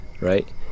right